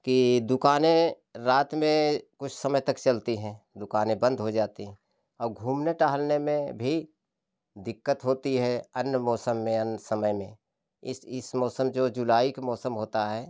कि दुकानें रात में कुछ समय तक चलती है दुकाने बंद हो जाती है और घूमने टहलने में भी दिक्कत होती है अन्य मौसम में अन्य समय में इस इस मौसम जो जुलाई का मौसम जो होता है